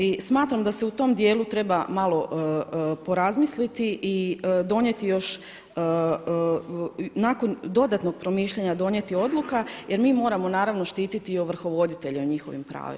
I smatram da se u tom dijelu treba malo porazmisliti i donijeti još nakon dodatnog promišljanja donijeti odluka jer mi moramo naravno štititi i ovrhovoditelje u njihovim pravima.